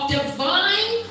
divine